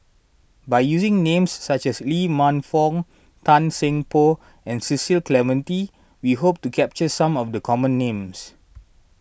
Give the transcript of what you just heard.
by using names such as Lee Man Fong Tan Seng Poh and Cecil Clementi we hope to capture some of the common names